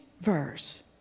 verse